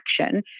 action